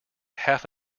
half